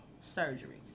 surgery